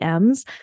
Ms